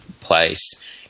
place